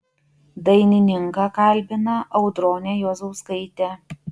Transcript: dainininką kalbina audronė juozauskaitė